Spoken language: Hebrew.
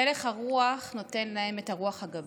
הלך הרוח נותן להם את הרוח הגבית,